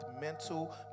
mental